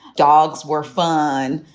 dogs were fun.